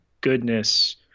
goodness